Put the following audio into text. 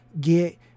get